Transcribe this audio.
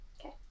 Okay